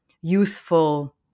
useful